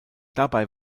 dabei